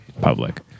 public